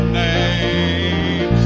name